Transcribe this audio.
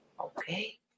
Okay